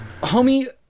Homie